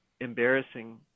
embarrassing